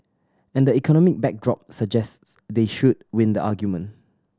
and economic backdrop suggests they should win the argument